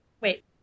Wait